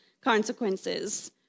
consequences